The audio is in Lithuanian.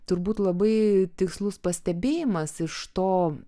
turbūt labai tikslus pastebėjimas iš to